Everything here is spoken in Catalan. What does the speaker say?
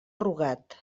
rugat